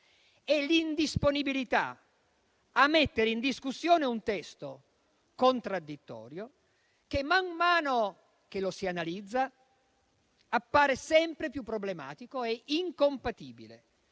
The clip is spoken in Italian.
e l'indisponibilità a mettere in discussione un testo contraddittorio che, man mano che lo si analizza, appare sempre più problematico e incompatibile